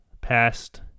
past